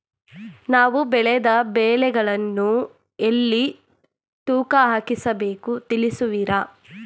ನಾವು ಬೆಳೆದ ಬೆಳೆಗಳನ್ನು ಎಲ್ಲಿ ತೂಕ ಹಾಕಿಸ ಬೇಕು ತಿಳಿಸುವಿರಾ?